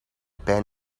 pijn